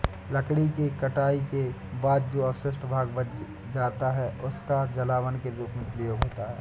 लकड़ी के कटाई के बाद जो अवशिष्ट भाग बच जाता है, उसका जलावन के रूप में प्रयोग होता है